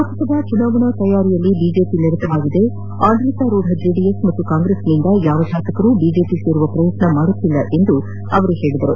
ಲೋಕಸಭಾ ಚುನಾವಣಾ ತಯಾರಿಯಲ್ಲಿ ಬಿಜೆಪಿ ನಿರತವಾಗಿದೆ ಆಡಳಿತಾರೂಢ ಜೆಡಿಎಸ್ ಹಾಗೂ ಕಾಂಗ್ರೆಸ್ನಿಂದ ಯಾವ ಶಾಸಕರೂ ಬಿಜೆಪಿ ಸೇರುವ ಪ್ರಯತ್ನ ಮಾಡುತ್ತಿಲ್ಲ ಎಂದು ಅವರು ಹೇಳಿದರು